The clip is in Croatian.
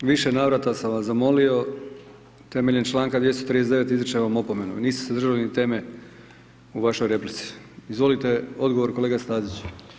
Više navrata sam vas zamolio, temeljem čl.239. izričem vam opomenu, niste se držali teme u vašoj replici, izvolite, odgovor kolega Stazić.